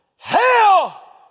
Hell